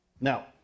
now